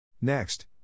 Next